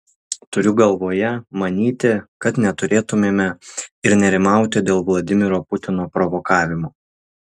turiu galvoje manyti kad neturėtumėme ir nerimauti dėl vladimiro putino provokavimo